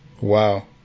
Wow